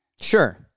Sure